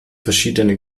verschiedene